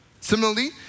Similarly